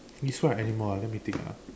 this a animal right let me think ah